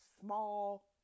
small